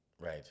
Right